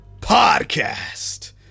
podcast